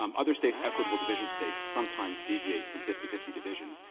um other states, equitable division states, sometimes deviate from fifty fifty divisions,